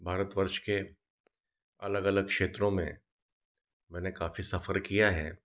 भारतवर्ष के अलग अलग क्षेत्रों में मैंने काफ़ी सफ़र किया है